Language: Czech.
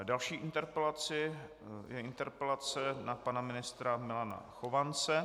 Další interpelací je interpelace na pana ministra Milana Chovance.